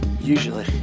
usually